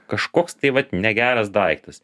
kažkoks tai vat negeras daiktas